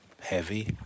heavy